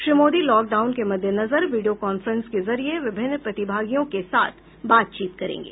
Shri Modi lockdown के मद्देनजर video conference के जरिए विभिन्न प्रतिभागियों के साथ बातचीत करेंगे